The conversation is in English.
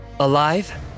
Alive